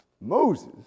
Moses